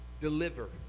deliver